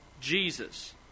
Jesus